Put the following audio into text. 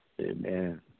Amen